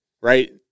right